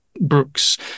Brooks